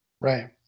Right